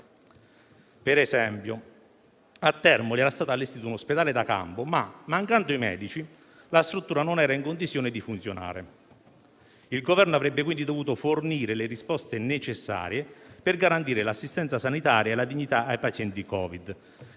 Per esempio a Termoli era stato allestito un ospedale da campo, ma mancando i medici, la struttura non era in condizioni di funzionare. Il Governo avrebbe quindi dovuto fornire le risposte necessarie per garantire l'assistenza sanitaria e la dignità ai pazienti Covid,